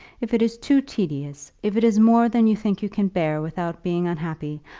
if it is too tedious, if it is more than you think you can bear without being unhappy,